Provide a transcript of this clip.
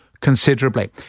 considerably